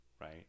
right